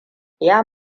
ya